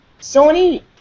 Sony